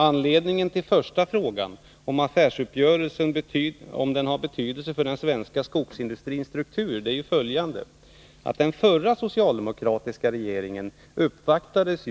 Anledningen till den första frågan, om affärsuppgörelsen har betydelse för den svenska skogsindustrins struktur, är följande: Den förra socialdemokratiska regeringen uppvaktades